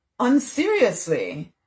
unseriously